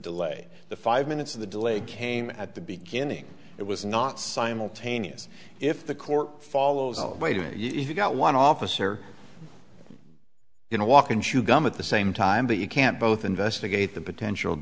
delay the five minutes of the delay came at the beginning it was not simultaneous if the court follows you got one officer in a walk and chew gum at the same time that you can't both investigate the potential